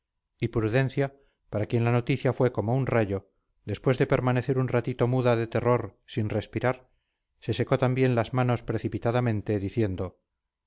y prudencia para quien la noticia fue como un rayo después de permanecer un ratito muda de terror sin respirar se secó también las manos precipitadamente diciendo